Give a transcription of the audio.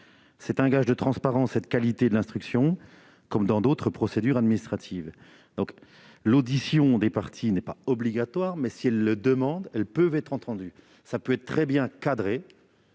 C'est un gage de transparence et de qualité de l'instruction, comme dans d'autres procédures administratives. L'audition des parties n'est pas obligatoire, mais, si ces dernières le demandent, elles peuvent être entendues. Un tel dispositif peut être bien cadré,